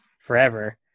forever